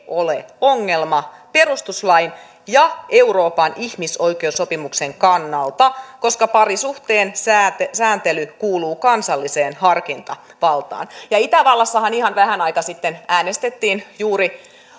ole ongelma perustuslain ja euroopan ihmisoikeussopimuksen kannalta koska parisuhteen sääntely kuuluu kansalliseen harkintavaltaan ja itävallassahan ihan vähän aikaa sitten äänestettiin juuri